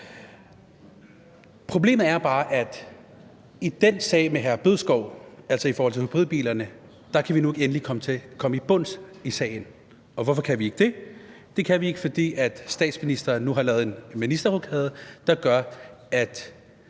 Problemet er bare, at i den sag med hr. Morten Bødskov, altså i forhold til hybridbilerne, kan vi ikke komme endeligt til bunds i sagen. Og hvorfor kan vi ikke det? Det kan vi ikke, fordi statsministeren har lavet en ministerrokade, der gør, at